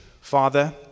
father